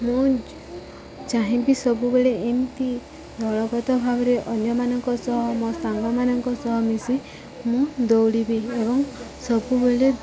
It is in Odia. ମୁଁ ଚାହିଁବି ସବୁବେଳେ ଏମିତି ଦଳଗତ ଭାବରେ ଅନ୍ୟମାନଙ୍କ ସହ ମୋ ସାଙ୍ଗମାନଙ୍କ ସହ ମିଶି ମୁଁ ଦୌଡ଼ିବି ଏବଂ ସବୁବେଳେ